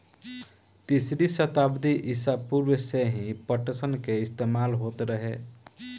तीसरी सताब्दी ईसा पूर्व से ही पटसन के इस्तेमाल होत रहे